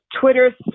twitter